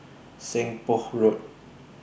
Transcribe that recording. Seng Poh Road